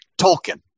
Tolkien